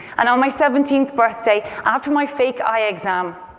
and on my seventeenth birthday, after my fake eye exam,